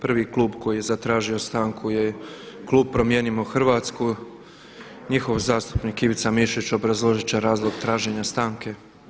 Prvi klub koji je zatražio stanku je klub Promijenimo Hrvatsku i njihov zastupnik Ivica Mišić obrazložit će razlog traženja stanke.